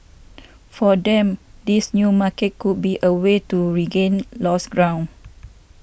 for them this new market could be a way to regain lost ground